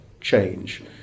change